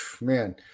man –